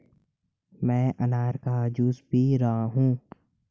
मैं अनार का जूस पी रहा हूँ